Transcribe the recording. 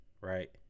right